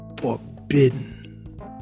forbidden